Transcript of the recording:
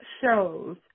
shows